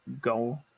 go